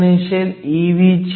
10 cm2 s 1 आहे Dh हे 11